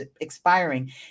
expiring